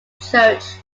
church